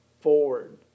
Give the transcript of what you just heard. forward